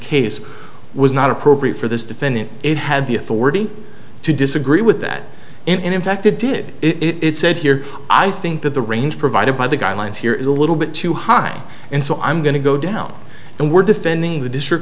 case was not appropriate for this defendant it had the authority to disagree with that in fact it did it said here i think that the range provided by the guidelines here is a little bit too high and so i'm going to go down and we're defending the district